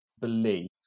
believe